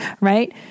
Right